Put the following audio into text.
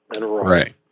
Right